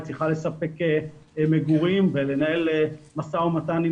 היא צריכה לספק מגורים ולנהל משא ומתן עם